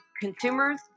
consumers